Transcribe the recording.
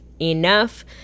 enough